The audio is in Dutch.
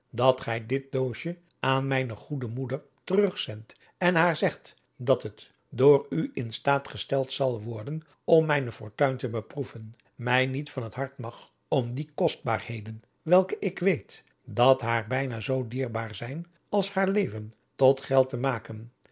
dat gij dit doosje aan mijne goede moeder terugbezorgt en haar zegt dat het door u in staat gesteld zal worden om mijne fortuin te beproeven mij niet van het hart mag om die kostbaarheden welke ik weet dat haar bijna zoo dierbaar zijn als haar leven tot geld te maken